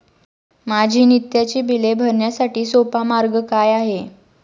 माझी नित्याची बिले भरण्यासाठी सोपा मार्ग काय आहे?